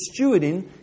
stewarding